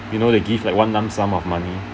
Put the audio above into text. you know they give like one lump some of money